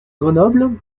grenoble